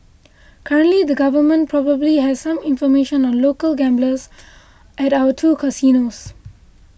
currently the government probably has some information on local gamblers at our two casinos